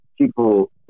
people